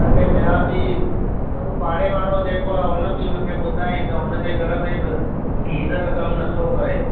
ॿ टे ॿिया बि पाड़ेवारो जेको आहे उन बि मूंखे ॿुधायईं त उन जे घर में बि गीज़र कमु नथो करे